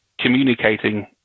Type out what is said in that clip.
communicating